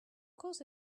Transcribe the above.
course